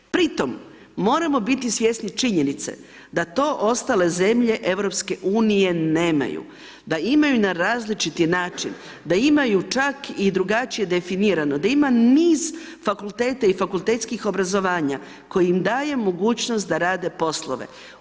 Pri tom, moramo biti svjesni činjenice da to ostale zemlje Europske unije nemaju, da imaju na različiti način, da imaju čak i drugačije definirano da ima niz fakulteta i fakultetskih obrazovanja koje im daje mogućnost da rade poslove.